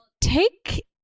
take